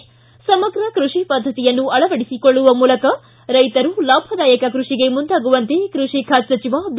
ಿ ಸಮಗ್ರ ಕೃಷಿ ಪದ್ದತಿಯನ್ನು ಅಳವಡಿಸಿಕೊಳ್ಳುವ ಮೂಲಕ ರೈತರು ಲಾಭದಾಯಕ ಕೃಷಿಗೆ ಮುಂದಾಗುವಂತೆ ಕೃಷಿ ಖಾತೆ ಸಚಿವ ಬಿ